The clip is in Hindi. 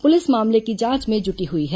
पुलिस मामले की जांच में जुट गई है